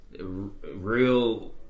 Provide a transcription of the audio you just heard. real